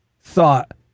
thought